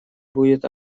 будет